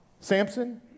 Samson